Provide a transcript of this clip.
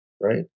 right